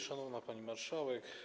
Szanowna Pani Marszałek!